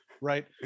right